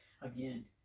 again